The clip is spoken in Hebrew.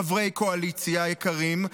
חברי הקואליציה היקרים,